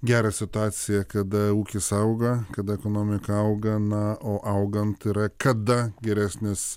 gerą situaciją kada ūkis auga kada ekonomika auga na o augant yra kada geresnės